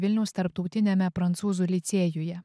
vilniaus tarptautiniame prancūzų licėjuje